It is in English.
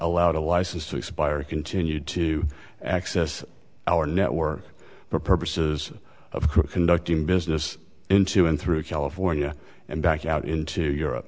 loud a license to expire continue to access our network for purposes of conducting business into and through california and back out into europe